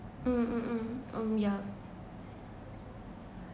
mm mm mm um yeah